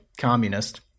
communist